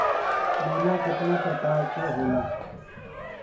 बीमा केतना प्रकार के होला?